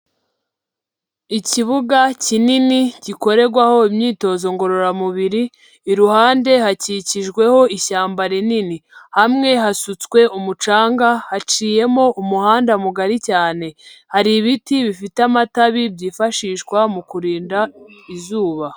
Ikibuga kinini gikorerwaho imyitozo ngororamubiri, iruhande hakikijweho ishyamba rinini, hamwe hasutswe umucanga, haciyemo umuhanda mugari cyane, hari ibiti bifite amatabi byifashishwa mu kurinda izuba.